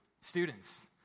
students